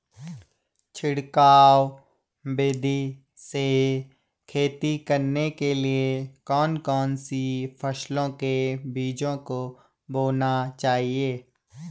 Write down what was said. छिड़काव विधि से खेती करने के लिए कौन कौन सी फसलों के बीजों को बोना चाहिए?